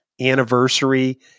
anniversary